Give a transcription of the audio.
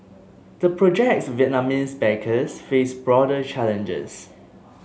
the project's Vietnamese backers face broader challenges